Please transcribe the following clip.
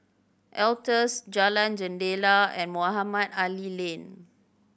Altez Jalan Jendela and Mohamed Ali Lane